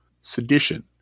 sedition